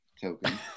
token